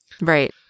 Right